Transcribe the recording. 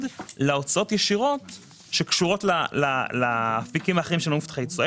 להוצאות ישירות שקשורות לאפיקים אחרים שאינם מובטחי תשואה.